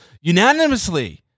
unanimously